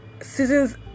seasons